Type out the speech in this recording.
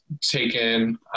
taken